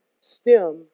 stem